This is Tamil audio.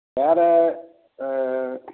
வேற ஆ